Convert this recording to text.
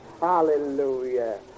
Hallelujah